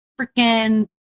freaking